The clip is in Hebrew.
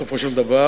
בסופו של דבר,